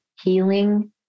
healing